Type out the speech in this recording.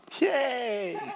Yay